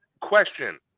question